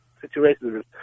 situations